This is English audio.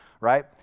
right